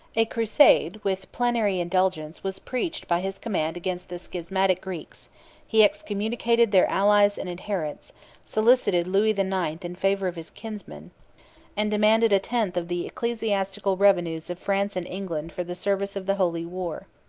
a crusade, with plenary indulgence, was preached by his command against the schismatic greeks he excommunicated their allies and adherents solicited louis the ninth in favor of his kinsman and demanded a tenth of the ecclesiastical revenues of france and england for the service of the holy war.